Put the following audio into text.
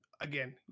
again